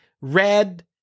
red